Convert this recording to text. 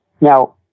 now